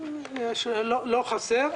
לא חסר.